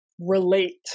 relate